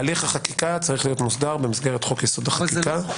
הליך החקיקה צריך להיות מוסדר במסגרת חוק יסוד: החקיקה.